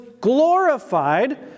glorified